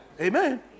Amen